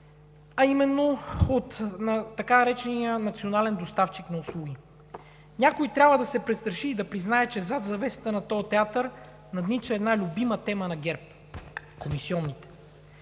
а именно така наречения национален доставчик на услуги. Някой трябва да се престраши и да признае, че зад завесата на този театър наднича една любима тема на ГЕРБ – комисионите.